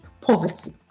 poverty